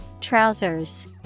Trousers